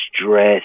stress